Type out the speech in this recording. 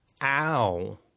Ow